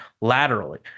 laterally